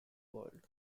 world